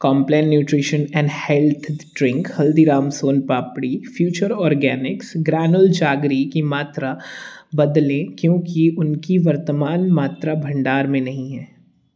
Complan nutrition and health drink Haldiram son papdi और future organics granular jaggery की मात्रा बदलें क्योंकि उनकी वर्तमान मात्रा भंडार में नहीं है